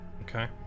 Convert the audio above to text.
okay